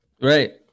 right